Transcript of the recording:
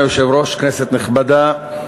אדוני היושב-ראש, כנסת נכבדה,